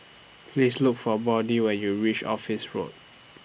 Please Look For Brody when YOU REACH Office Road